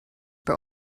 bei